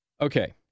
Okay